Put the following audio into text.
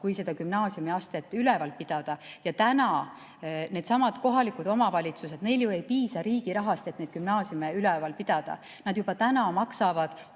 kui gümnaasiumiastet üleval pidada. Ja täna nendele kohalikele omavalitsustele ju ei piisa riigi rahast, et neid gümnaasiume üleval pidada. Nad juba täna maksavad